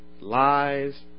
lies